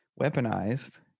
weaponized